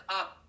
up